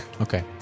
Okay